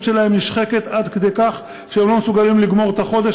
שלהם נשחקת עד כדי כך שהם לא מסוגלים לגמור את החודש,